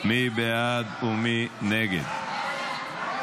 הצעת ועדת הכנסת להעביר את הצעת חוק